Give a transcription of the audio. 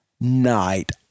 night